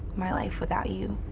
my life without you.